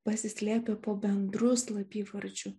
pasislėpę po bendru slapyvardžiu